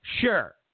Sure